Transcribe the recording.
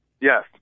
Yes